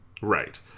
Right